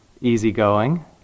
easygoing